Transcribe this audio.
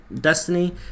Destiny